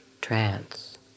trance